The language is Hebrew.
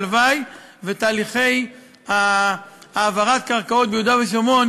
הלוואי שתהליכי העברת הקרקעות ביהודה ושומרון